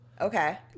Okay